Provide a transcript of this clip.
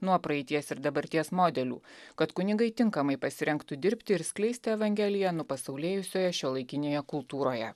nuo praeities ir dabarties modelių kad kunigai tinkamai pasirengtų dirbti ir skleisti evangeliją nupasaulėjusioje šiuolaikinėje kultūroje